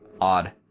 Odd